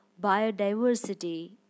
biodiversity